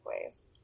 ways